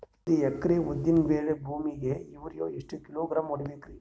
ಒಂದ್ ಎಕರಿ ಉದ್ದಿನ ಬೇಳಿ ಭೂಮಿಗ ಯೋರಿಯ ಎಷ್ಟ ಕಿಲೋಗ್ರಾಂ ಹೊಡೀಬೇಕ್ರಿ?